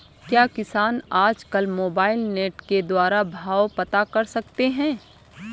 क्या किसान आज कल मोबाइल नेट के द्वारा भाव पता कर सकते हैं?